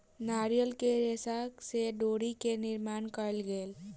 नारियल के रेशा से डोरी के निर्माण कयल गेल